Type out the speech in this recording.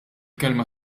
kelma